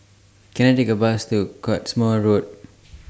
Can I Take A Bus to Cottesmore Road